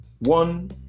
one